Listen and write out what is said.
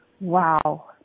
Wow